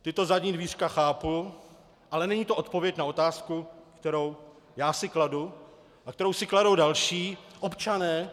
Tato zadní dvířka chápu, ale není to odpověď na otázku, kterou já si kladu a kterou si kladou další občané.